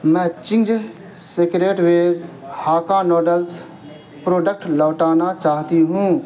میں Ching's secret veg hakka noodles product لوٹانا چاہتی ہوں